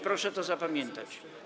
Proszę to zapamiętać.